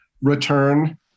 return